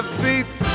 feet